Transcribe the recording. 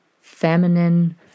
feminine